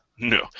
No